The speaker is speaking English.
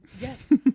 Yes